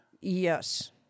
Yes